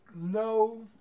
no